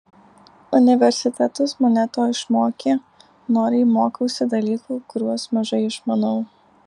universitetas mane to išmokė noriai mokausi dalykų kuriuos mažai išmanau